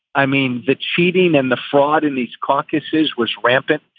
i mean, the cheating and the fraud in these caucuses was rampant.